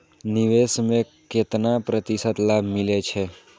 निवेश में केतना प्रतिशत लाभ मिले छै?